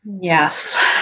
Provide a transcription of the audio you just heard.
Yes